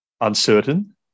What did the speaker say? Uncertain